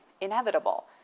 inevitable